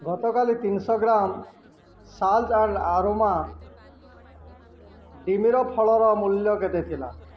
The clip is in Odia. ଗତକାଲି ତିନିଶହ ଗ୍ରାମ ସାଲ୍ଜ୍ ଆଣ୍ଡ ଅରୋମା ଡିମିର ଫଳର ମୂଲ୍ୟ କେତେ ଥିଲା